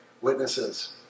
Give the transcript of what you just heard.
witnesses